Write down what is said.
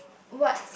what